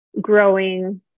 growing